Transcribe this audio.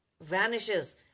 vanishes